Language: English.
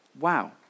Wow